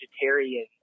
vegetarian